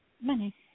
money